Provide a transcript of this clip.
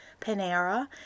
Panera